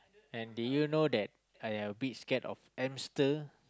and did you know that I a bit scared of hamster